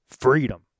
freedom